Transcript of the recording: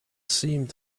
seemed